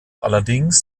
allerdings